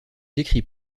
décrit